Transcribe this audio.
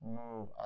move